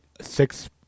six